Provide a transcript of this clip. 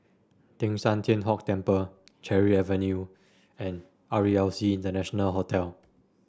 Teng San Tian Hock Temple Cherry Avenue and R E L C International Hotel